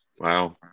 Wow